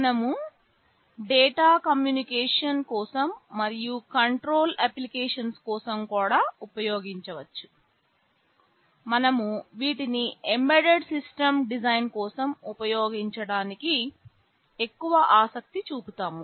మనము data communication కోసం మరియు కంట్రోల్ అప్లికేషన్స్ కోసం కూడా ఉపయోగించవచ్చుమనమ వీటిని ఎంబెడెడ్ సిస్టమ్ డిజైన్ కోసం ఉపయోగించటానికి ఎక్కువ ఆసక్తి చూపుతాము